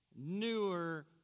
newer